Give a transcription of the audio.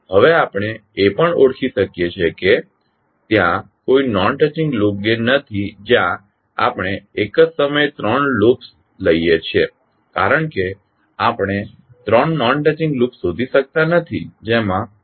હવે આપણે એ પણ ઓળખી શકીએ છીએ કે ત્યાં કોઈ નોન ટચિંગ લૂપ ગેઇન નથી જ્યાં આપણે એક જ સમયે ત્રણ લૂપ્સ લઈ શકીએ કારણ કે આપણે ત્રણ નોન ટચિંગ લૂપ્સ શોધી શકતા નથી જેમા નોડ કોમન ન હોય